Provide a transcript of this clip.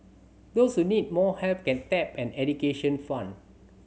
those who need more help can tap an education fund